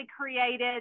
created